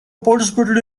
participated